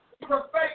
perfect